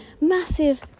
massive